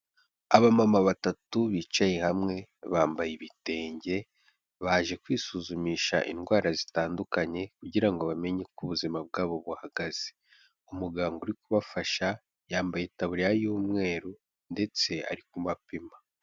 Abamama batatu bicaye hamwe, bambaye ibitenge, baje kwisuzumisha indwara zitandukanye kugira ngo bamenye uko ubuzima bwabo buhagaze, umuganga uri kubafasha, yambaye itaburiya y'umweru ndetse ari kubapima.